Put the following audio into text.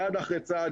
צעד אחר צעד,